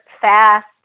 fast